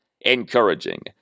encouraging